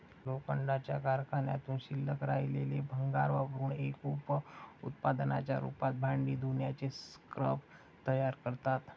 लोखंडाच्या कारखान्यातून शिल्लक राहिलेले भंगार वापरुन एक उप उत्पादनाच्या रूपात भांडी धुण्याचे स्क्रब तयार करतात